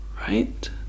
right